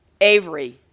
Avery